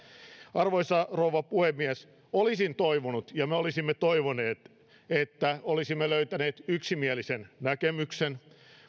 arvoisa rouva puhemies olisin toivonut ja me olisimme toivoneet että olisimme löytäneet yksimielisen näkemyksen